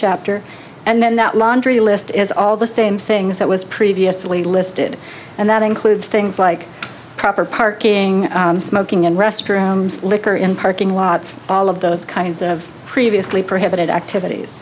chapter and then that laundry list is all the same things that was previously listed and that includes things like proper parking smoking and restrooms liquor in parking lots all of those kinds of previously prohibited activities